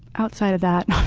outside of that